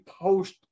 post